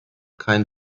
kein